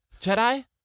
Jedi